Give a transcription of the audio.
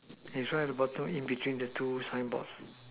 that why the bottom in between the two sign board